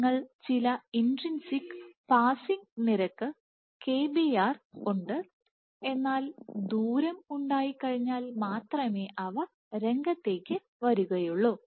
നിങ്ങൾക്ക് ചില intrinsic passing നിരക്ക് kbr ഉണ്ട് എന്നാൽ ദൂരം ഉണ്ടായി കഴിഞ്ഞാൽ മാത്രമേ അവ രംഗത്തേക്ക് വരികയുള്ളൂ